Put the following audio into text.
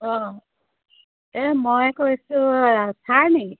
অঁ এই মই কৈছোঁ